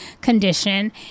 condition